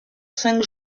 cinq